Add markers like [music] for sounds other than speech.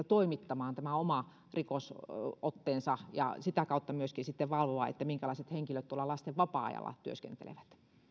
[unintelligible] toimittamaan oma rikosotteensa ja sitä kautta myöskin sitten valvoa minkälaiset henkilöt tuolla lasten vapaa ajalla työskentelevät